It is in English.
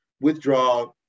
withdraw